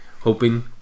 hoping